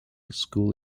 school